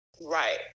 Right